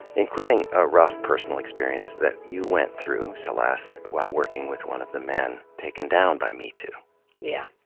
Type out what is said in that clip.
including a rough personal experience that you went through, celeste, while working with one of the men taken down by metoo. yeah.